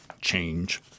change